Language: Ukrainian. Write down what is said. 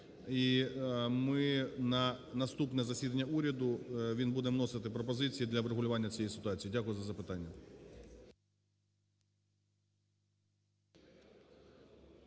і ми на наступне засідання уряду, він буде вносити пропозиції для врегулювання цієї ситуації. Дякую за запитання.